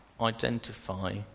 identify